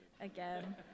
Again